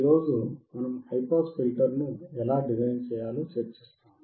ఈ రోజు మనం హై పాస్ ఫిల్టర్ను ఎలా డిజైన్ చేయాలో చర్చిస్తాము